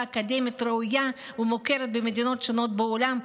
אקדמית ראויה ומוכרת במדינות שונות בעולם,